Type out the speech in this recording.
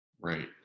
right